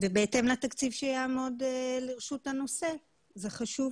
ובהתאם לתקציב שיעמוד לרשות הנושא זה חשוב.